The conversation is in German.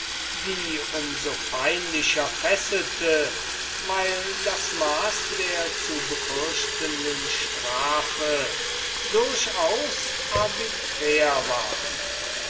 die um so peinlicher fesselte weil das maß der zu befürchtenden strafe durchaus arbiträr war